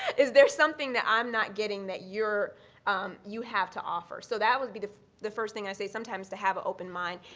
is there something that i'm not getting that you're you have to offer. so that would be the the first thing i say, sometimes to have an open mind.